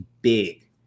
big